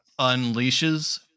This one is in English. unleashes